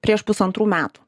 prieš pusantrų metų